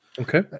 okay